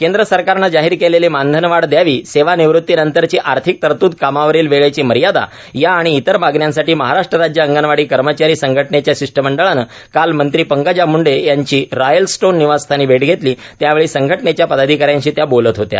केंद्र सरकारनं जाहीर केलेली मानधन वाढ द्यावीए सेवा निवृत्तीनंतरची आर्थिक तरतूदए कामावरील वेळेची मर्यादा या आणि इतर मागण्यांसाठी महाराष्ट्र राज्य अंगणवाडी कर्मचारी संघटनेच्या शिष्टमंडळानं काल मंत्री पंकजा मुंडे यांची रॉयलस्टोन निवासस्थानी भेट घेतलीए त्यावेळी संघटनेच्या पदाधिकाऱ्यांशी त्या बोलत होत्या